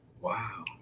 Wow